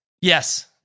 Yes